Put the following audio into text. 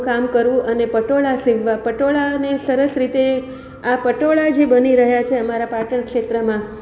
નું કામ કરવું અને પટોળા સીવવા પટોળાને સરસ રીતે આ પટોળા જે બની રહ્યાં છે અમારા પાટણ ક્ષેત્રમાં